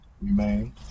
remain